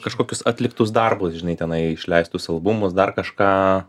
kažkokius atliktus darbus žinai tenai išleistus albumus dar kažką